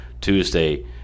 Tuesday